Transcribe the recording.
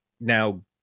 now